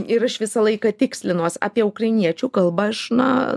ir aš visą laiką tikslinuos apie ukrainiečių kalbą aš na